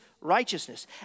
righteousness